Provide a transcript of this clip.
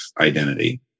identity